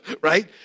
right